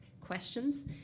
questions